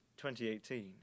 2018